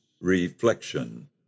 Reflection